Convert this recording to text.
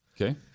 Okay